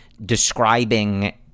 describing